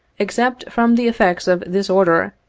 except from the effects of this order,